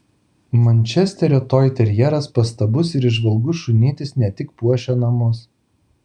mančesterio toiterjeras pastabus ir įžvalgus šunytis ne tik puošia namus